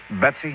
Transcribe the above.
Betsy